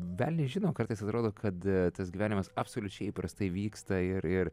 velniai žino kartais atrodo kad tas gyvenimas absoliučiai įprastai vyksta ir ir